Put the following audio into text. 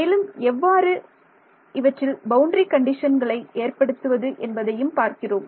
மேலும் எவ்வாறு இவற்றில் பவுண்டரி கண்டிஷன்களை ஏற்படுத்துவது என்பதையும் பார்க்கிறோம்